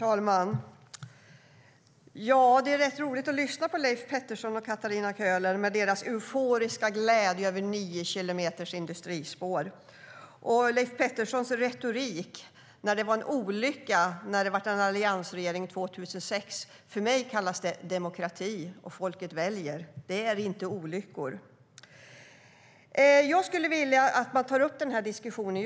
Herr talman! Det är rätt roligt att lyssna på Leif Pettersson och Katarina Köhler och deras euforiska glädje över nio kilometer industrispår. Med Leif Petterssons retorik var det en olycka när det blev en alliansregering 2006. För mig kallas det demokrati och att folket väljer. Det är inte olyckor. Jag skulle vilja att man tar upp diskussionen.